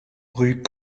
rue